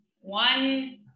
One